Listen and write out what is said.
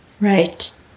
Right